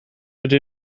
rydw